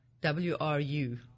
W-R-U